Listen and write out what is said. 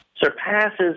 surpasses